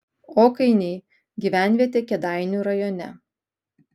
okainiai gyvenvietė kėdainių rajone